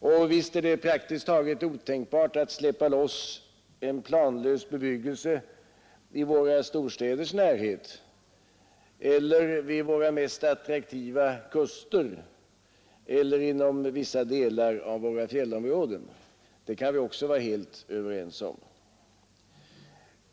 Och visst är det praktiskt taget otänkbart att släppa loss en planlös bebyggelse i våra storstäders närhet eller vid våra mest attraktiva kuster eller inom vissa delar av våra fjällområden. Det kan vi också vara helt överens om.